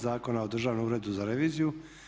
Zakona o Državnom uredu za reviziju.